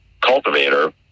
cultivator